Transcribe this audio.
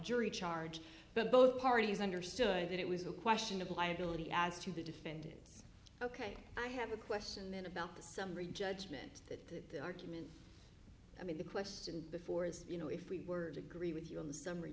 jury charge but both parties understood that it was a question of liability as to the defendant's ok i have a question then about the summary judgment that the argument i mean the question before is you know if we were to agree with you on the summary